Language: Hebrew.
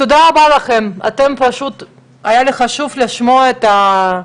תודה רבה לכם, היה לי חשוב לשמוע אתכם,